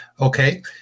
Okay